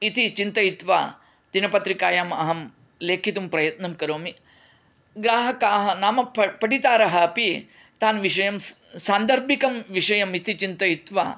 इति चिन्तयित्वा दिनपत्रिकायाम् अहं लेखितुं प्रयत्नं करोमि ग्राहकाः नाम पठितारः अपि तान् विषयं सान्धर्भिकं विषयं इति चिन्तयित्वा